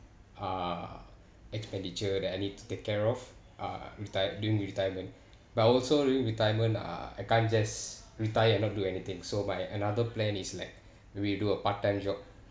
uh expenditure that I need to take care of uh retired during retirement but also during retirement uh I can't just retire and not do anything so my another plan is like we do a part-time job